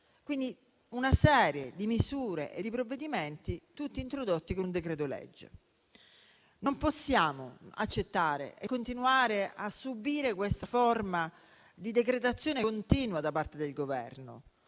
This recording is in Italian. di una serie di misure e di provvedimenti tutti introdotti con un decreto-legge. Noi non possiamo accettare e continuare a subire questa forma di decretazione continua da parte del Governo;